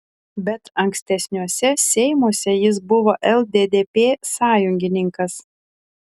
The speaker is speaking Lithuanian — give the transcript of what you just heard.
bet ankstesniuose seimuose jis buvo lddp sąjungininkas